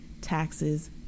taxes